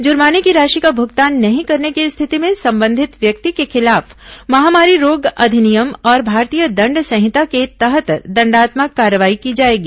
जुर्माने की राशि का भुगतान नहीं करने की स्थिति में संबंधित व्यक्ति के खिलाफ महामारी रोग अधिनियम और भारतीय दंड संहिता के तहत दंडात्मक कार्रवाई की जाएगी